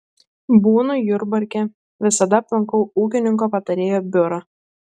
būnu jurbarke visada aplankau ūkininko patarėjo biurą